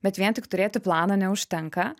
bet vien tik turėti planą neužtenka